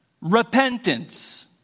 Repentance